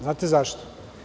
Znate zašto?